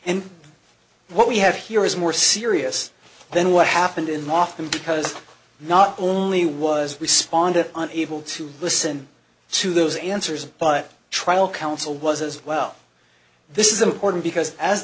and what we have here is more serious than what happened in the offing because not only was responded unable to listen to those answers but trial counsel was as well this is important because as